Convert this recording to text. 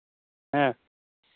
ᱦᱮᱸ